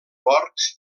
porcs